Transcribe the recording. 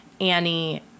Annie